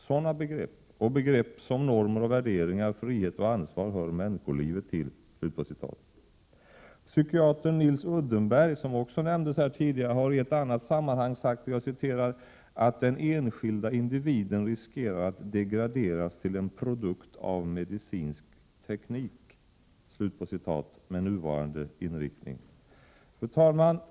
Sådana begrepp och begrepp som normer och värderingar, frihet och ansvar hör människolivet till.” Psykiatern Nils Uddenberg, som också nämndes här tidigare, har i ett annat sammanhang sagt ”att den enskilda individen riskerar att degraderas till en produkt av medicinsk teknik” med nuvarande inriktning. Fru talman!